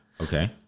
Okay